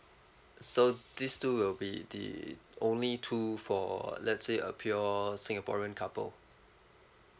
so these two will be the only two for let's say a pure singaporean couple